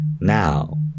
Now